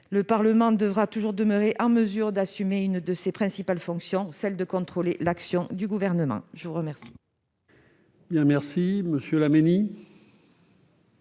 Le Parlement devra toujours demeurer en mesure d'assumer l'une de ses principales fonctions : celle de contrôler l'action du Gouvernement. La parole